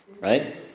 right